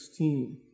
16